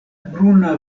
bruna